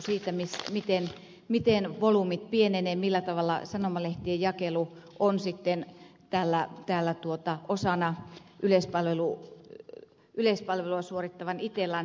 se riippuu siitä miten volyymit pienenevät millä tavalla sanomalehtien jakelu on sitten täällä osana yleispalvelua suorittavan itellan toiminnoissa